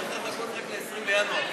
צריך רק לחכות ל-20 בינואר,